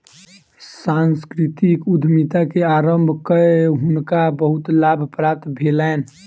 सांस्कृतिक उद्यमिता के आरम्भ कय हुनका बहुत लाभ प्राप्त भेलैन